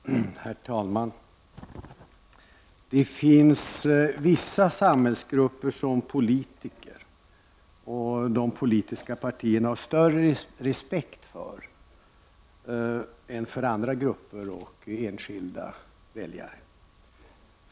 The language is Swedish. Herr talman! Det finns vissa samhällsgrupper som politiker och de politiska partierna har större respekt för än den man hyser för andra grupper och för enskilda väljare.